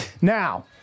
Now